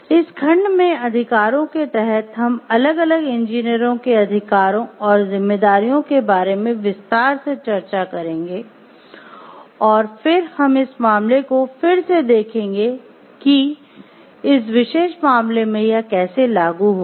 इस खंड में अधिकारों के तहत हम अलग अलग इंजीनियरों के अधिकारों और जिम्मेदारियों के बारे में विस्तार से चर्चा करेंगे और फिर हम इस मामले को फिर से देखेंगे कि इस विशेष मामले में यह कैसे लागू होगा